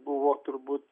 buvo turbūt